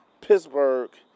Pittsburgh